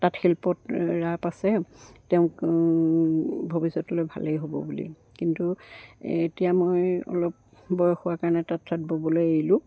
তাঁত শিল্পত ৰাপ আছে তেওঁক ভৱিষ্যতলৈ ভালেই হ'ব বুলি কিন্তু এতিয়া মই অলপ বয়স হোৱাৰ কাৰণে তাঁত চাত ব'বলৈ এৰিলোঁ